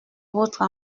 votre